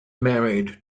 married